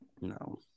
No